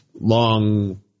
long